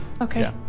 Okay